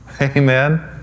Amen